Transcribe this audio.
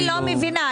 אני לא מבינה.